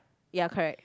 ya correct